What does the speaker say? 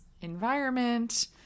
environment